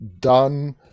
done